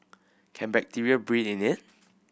can bacteria breed in it